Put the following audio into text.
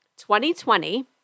2020